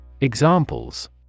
Examples